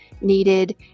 needed